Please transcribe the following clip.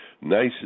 nice